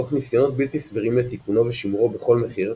תוך ניסיונות בלתי סבירים לתיקונו ושימורו בכל מחיר,